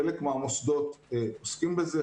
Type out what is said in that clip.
חלק מהמוסדות עוסקים בזה,